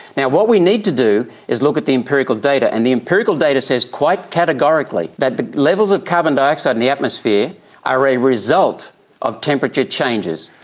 now, what we need to do is look at the empirical data, and the empirical data says quite categorically that the levels of carbon dioxide in the atmosphere are a result of temperature changes,